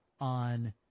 on